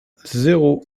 zéro